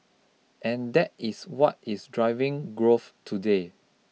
and that is what is driving growth today